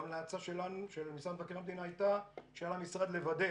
וההמלצה של המשרד למבקר המדינה הייתה שעל המשרד לוודא